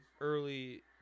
early